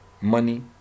money